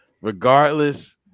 regardless